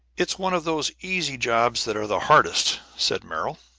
it's one of those easy jobs that are the hardest, said merrill.